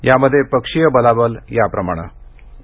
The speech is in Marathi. यामध्ये पक्षीय बलाबल याप्रमाणे आहे